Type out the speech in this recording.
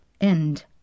End